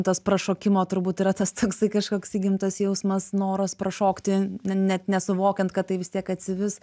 tas prašokimo turbūt yra tas toksai kažkoks įgimtas jausmas noras prašokti net net nesuvokiant kad tai vis tiek atsivis